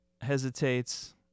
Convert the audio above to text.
hesitates